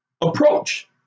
approach